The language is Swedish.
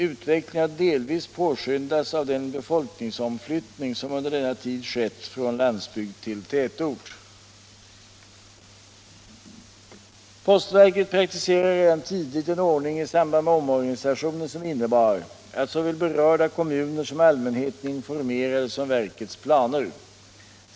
Utvecklingen har delvis påskyndats av den befolkningsomflyttning som under denna tid skett från landsbygd till tätort. Postverket praktiserade redan tidigt en ordning i samband med omorganisationer som innebar att såväl berörda kommuner som allmänheten informerades om verkets planer.